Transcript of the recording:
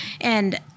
And-